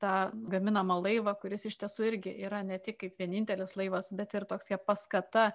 tą gaminamą laivą kuris iš tiesų irgi yra ne tik kaip vienintelis laivas bet ir toks kaip paskata